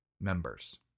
members